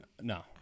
No